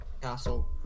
castle